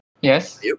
Yes